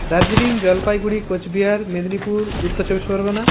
দার্জিলিং জলপাইগুড়ি কোচবিহার মেদিনীপুর উত্তর চব্বিশ পরগণা